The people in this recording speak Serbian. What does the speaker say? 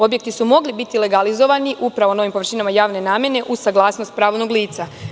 Objekti su mogli biti legalizovani upravo na ovim površinama javne namene uz saglasnost pravnog lica.